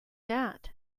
that